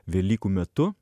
velykų metu